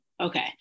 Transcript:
Okay